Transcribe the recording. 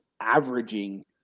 averaging